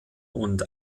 und